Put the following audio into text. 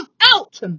out